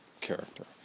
character